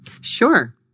Sure